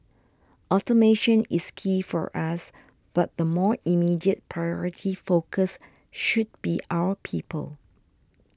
automation is key for us but the more immediate priority focus should be our people